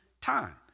time